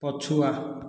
ପଛୁଆ